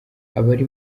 abari